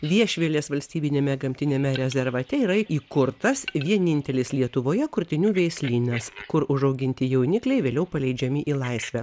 viešvilės valstybiniame gamtiniame rezervate yra įkurtas vienintelis lietuvoje kurtinių veislynas kur užauginti jaunikliai vėliau paleidžiami į laisvę